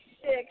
six